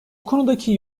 konudaki